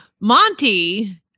Monty